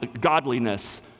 Godliness